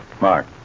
Mark